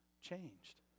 changed